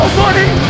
money